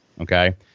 Okay